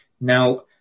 Now